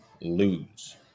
lose